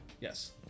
Yes